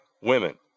women